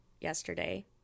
yesterday